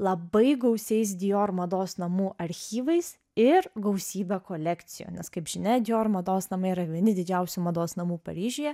labai gausiais dior mados namų archyvais ir gausybe kolekcijų nes kaip žinia dior mados namai yra vieni didžiausių mados namų paryžiuje